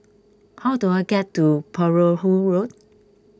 how do I get to Perahu Road